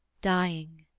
dying.